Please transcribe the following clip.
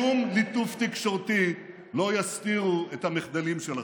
שום ליטוף תקשורתי לא יסתיר את המחדלים שלכם.